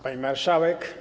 Pani Marszałek!